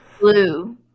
Blue